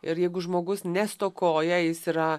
ir jeigu žmogus nestokoja jis yra